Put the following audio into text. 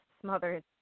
smothered